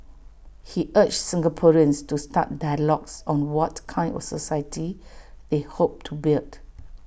he urged Singaporeans to start dialogues on what kind of society they hope to build